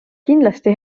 kindlasti